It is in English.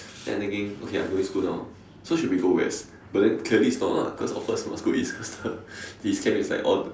then I thinking okay I going school now so should be go West but then clearly it's not lah cause of course must go east faster his camp is all like all